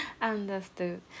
Understood